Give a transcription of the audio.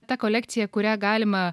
ta kolekcija kurią galima